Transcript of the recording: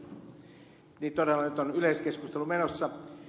niin todella nyt on keskustelu menossa